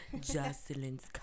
Jocelyn's